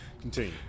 Continue